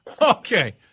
Okay